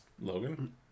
Logan